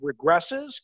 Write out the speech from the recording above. regresses